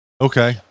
Okay